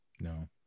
No